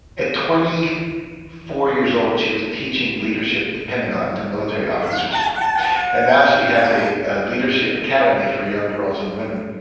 at twenty four years old, she was teaching leadership at the pentagon to military officers and now she has a leadership academy for young girls and women